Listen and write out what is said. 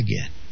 again